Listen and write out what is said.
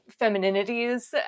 femininities